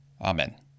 Amen